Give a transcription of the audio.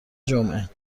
جمعه